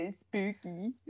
Spooky